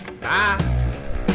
Bye